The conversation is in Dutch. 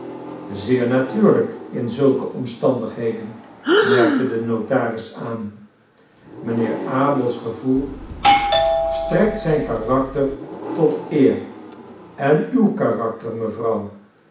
zeer natuurlijk in zulke omstandigheden merkte de notaris aan mijnheer abel's gevoel strekt zijn karakter tot eer en uw karakter mevrouw